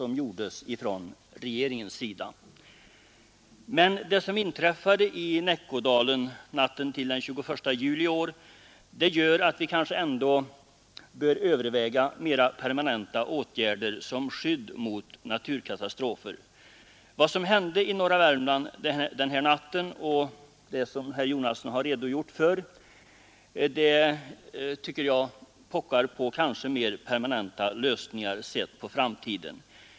Men det som inträffade i Näckådalen natten till den 21 juli i år gör att vi kanske ändå bör överväga mera permanenta åtgärder som skydd mot naturkatastrofer. Vad som hände i norra Värmland den natten pockar på mer permanenta lösningar för framtiden.